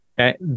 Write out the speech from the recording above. Okay